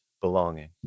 belonging